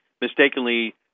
mistakenly